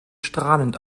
strahlend